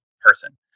person